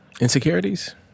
Insecurities